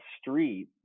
street